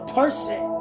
person